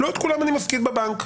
לא את כולן אני מפקיד בבנק.